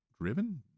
driven